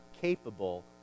capable